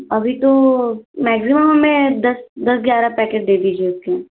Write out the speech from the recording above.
अभी तो मैक्सिमम में दस दस ग्यारह पैकेट दे दीजिए उसके